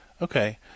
Okay